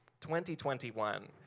2021